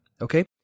Okay